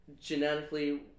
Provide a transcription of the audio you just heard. genetically